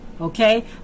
Okay